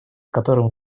которым